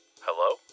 Hello